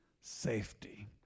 safety